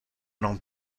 non